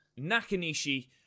Nakanishi